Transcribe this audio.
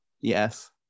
Yes